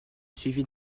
suivie